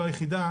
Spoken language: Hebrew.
לא היחידה,